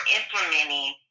implementing